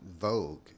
Vogue